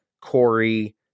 Corey